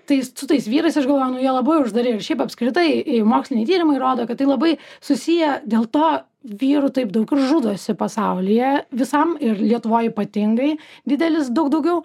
tai su tais vyrais aš galvojau nu jie labai uždari ir šiaip apskritai moksliniai tyrimai rodo kad tai labai susiję dėl to vyrų taip daug ir žudosi pasaulyje visam ir lietuvoj ypatingai didelis daug daugiau